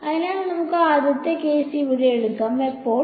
അതിനാൽ നമുക്ക് ആദ്യത്തെ കേസ് ഇവിടെ എടുക്കാം എപ്പോൾ